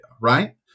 right